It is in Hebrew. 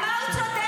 על מה הוא צודק?